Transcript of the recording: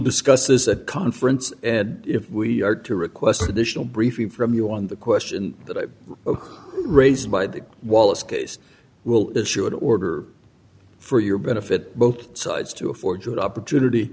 discuss this a conference if we are to request additional briefing from you on the question that who raised by the wallace case will issue an order for your benefit both sides to afford to the opportunity